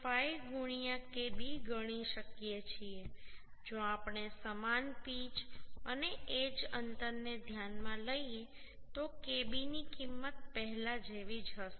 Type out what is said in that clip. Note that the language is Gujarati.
5 kb ગણી શકીએ છીએ જો આપણે સમાન પીચ અને એજ અંતરને ધ્યાનમાં લઈએ તો kb ની કિંમત પહેલા જેવી જ હશે